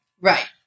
Right